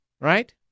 Right